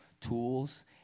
tools